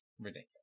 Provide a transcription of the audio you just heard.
Ridiculous